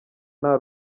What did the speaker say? nta